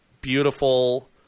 beautiful